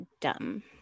dumb